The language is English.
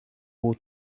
war